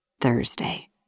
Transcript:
Thursday